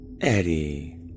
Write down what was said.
Eddie